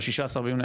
ב-16 ביוני,